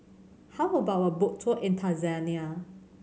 how about a boat tour in Tanzania